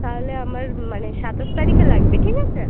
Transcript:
তাহলে আমার মানে সাতাশ তারিখে লাগবে ঠিক আছে